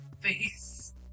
face